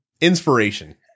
Inspiration